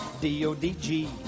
D-O-D-G